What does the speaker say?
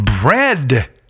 Bread